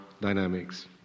dynamics